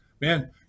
Man